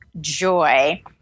Joy